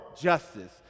justice